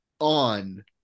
on